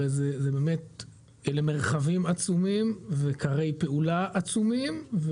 זה באמת למרחבים עצומים וכרי פעולה עצומים.